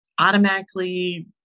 automatically